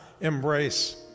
embrace